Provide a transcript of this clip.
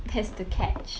that's the catch